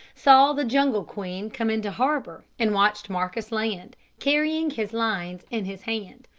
saw the jungle queen come into harbour and watched marcus land, carrying his lines in his hand.